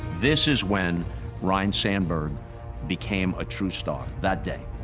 this is when ryne sandberg became a true star, that day.